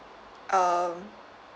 um